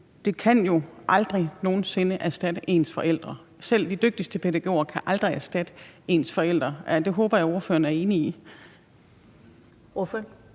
det kan jo aldrig nogen sinde erstatte ens forældre. Selv de dygtigste pædagoger kan aldrig erstatte ens forældre. Det håber jeg at ordføreren er enig i.